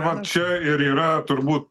va čia ir yra turbūt